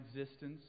existence